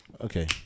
Okay